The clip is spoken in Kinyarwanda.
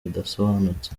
bidasobanutse